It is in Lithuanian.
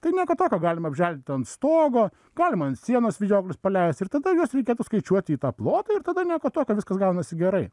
tai yra nieko tokio galima apželdinti ant stogo galima ant sienos vijoklius paleisti ir tada juos reikėtų įskaičiuoti į tą plotą ir tada nieko tokio viskas gaunasi gerai